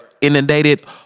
inundated